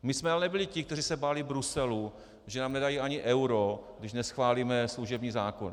My jsme ale nebyli ti, kteří se báli Bruselu, že nám nedají ani euro, když neschválíme služební zákon.